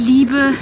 Liebe